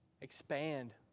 expand